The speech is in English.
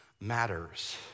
matters